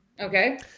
Okay